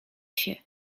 się